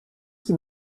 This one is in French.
qui